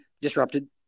disrupted